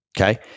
Okay